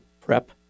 prep